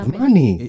money